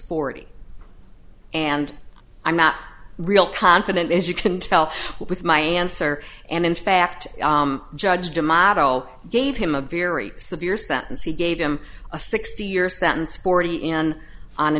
sporty and i'm not real confident as you can tell with my answer and in fact judge d'amato gave him a very severe sentence he gave him a sixty year sentence forty in on